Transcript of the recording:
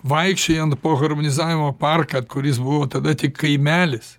vaikščiojant po harmonizavimo parką kuris buvo tada tik kaimelis